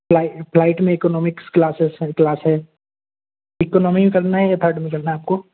flight flight में economics classes हैं class है इकोनॉमी में करना है या थर्ड में करना है आपको